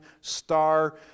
star